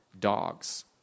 dogs